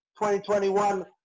2021